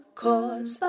cause